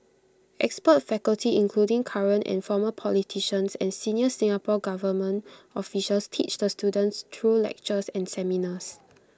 expert faculty including current and former politicians and senior Singapore Government officials teach the students through lectures and seminars